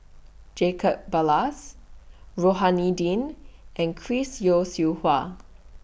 Jacob Ballas Rohani Din and Chris Yeo Siew Hua